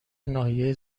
ناحیه